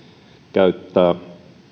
käyttää